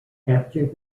after